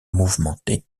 mouvementée